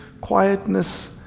quietness